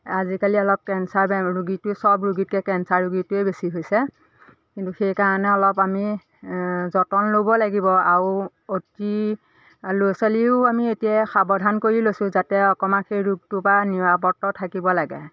আজিকালি অলপ কেঞ্চাৰ বেমাৰ ৰোগীটো চব ৰোগীতকৈ কেঞ্চাৰ ৰোগীটোৱে বেছি হৈছে কিন্তু সেইকাৰণে অলপ আমি যতন ল'ব লাগিব আৰু অতি ল'ৰা ছোৱালীও আমি এতিয়াই সাৱধান কৰি লৈছোঁ যাতে অকণমান সেই ৰোগটোৰপৰা নিৰাপদে থাকিব লাগে